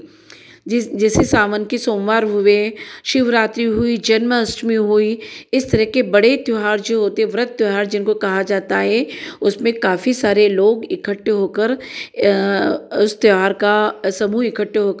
जै जैसे सावन के त्योहार हुए शिवरात्रि हुई जन्माष्टमी हुई इस तरह के बड़े त्योहार जो होते व्रत त्योहार जिनको कहा जाता है उसमें काफ़ी सारे लोग इकट्ठे होकर उस त्योहार का समूह इकट्ठे हो कर